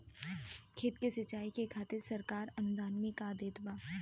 खेत के सिचाई खातिर सरकार अनुदान में का देत बा?